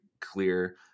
clear